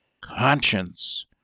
Conscience